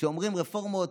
כשאומרים "רפורמות",